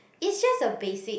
is just a basic